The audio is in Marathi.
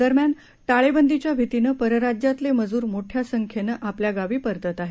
दरम्यान टाळेबंदीच्या भीतीनं परराज्यातले मजूर मोठ्या संख्येनं आपल्या गावी परतत आहेत